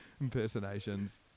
Impersonations